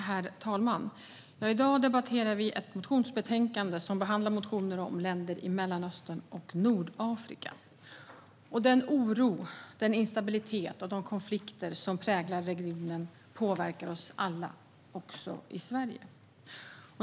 Herr talman! I dag debatterar vi ett motionsbetänkande som behandlar motioner om länder i Mellanöstern och Nordafrika. Den oro, den instabilitet och de konflikter som präglar regionen påverkar oss alla, också i Sverige.